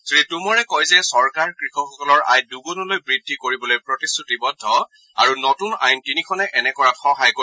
শ্ৰী টোমৰে কয় যে চৰকাৰ কৃষকসকলৰ আয় দুগুনলৈ বৃদ্ধি কৰিবলৈ প্ৰতিশ্ৰুতিবদ্ধ আৰু নতুন আইন তিনিখনে এনে কৰাত সহায় কৰিব